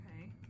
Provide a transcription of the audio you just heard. Okay